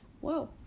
whoa